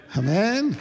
amen